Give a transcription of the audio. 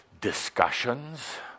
discussions